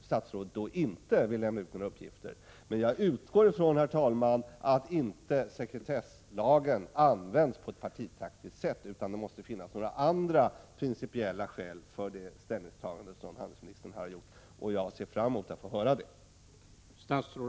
statsrådet inte vill lämna ut några uppgifter. Jag utgår dock, herr talman, från att sekretesslagen inte tillämpas på ett partitaktiskt sätt. Det måste ju finnas andra principiella skäl för det ställningstagande som utrikeshandelsministern har gjort. Jag ser fram emot att få ett besked.